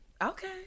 Okay